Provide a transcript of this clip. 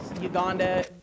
Uganda